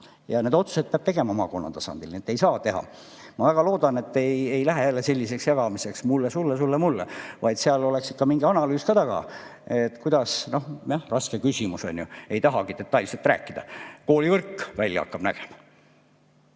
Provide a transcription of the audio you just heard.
Need otsused peab tegema maakonna tasandil. Ma väga loodan, et ei lähe jälle selliseks jagamiseks, et mulle-sulle, sulle-mulle, vaid et seal oleks ikka mingi analüüs ka taga. Kuidas – raske küsimus, on ju, ei tahagi detailselt rääkida – koolivõrk välja hakkab nägema?